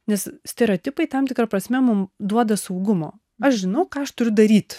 nes stereotipai tam tikra prasme mum duoda saugumo aš žinau ką aš turiu daryt